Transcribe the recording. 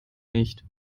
nicht